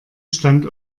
stand